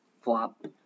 flop